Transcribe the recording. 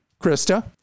Krista